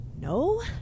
No